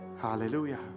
Hallelujah